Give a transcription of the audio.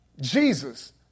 Jesus